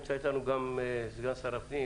נמצא אתנו גם סגן שר הפנים